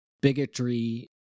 bigotry